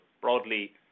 broadly